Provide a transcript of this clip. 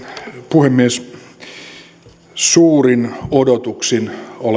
puhemies suurin odotuksin